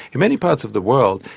in many parts of the world,